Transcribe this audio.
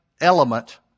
element